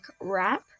wrap